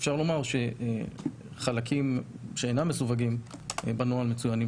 אפשר לומר שחלקים שאינם מסווגים בנוהל הם מצוינים